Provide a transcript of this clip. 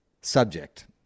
Subject